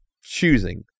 choosing